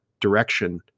direction